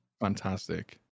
Fantastic